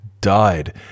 died